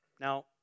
now